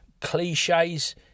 cliches